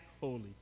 holy